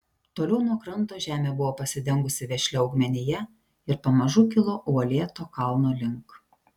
toliau nuo kranto žemė buvo pasidengusi vešlia augmenija ir pamažu kilo uolėto kalno link